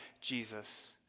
Jesus